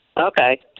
Okay